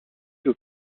aux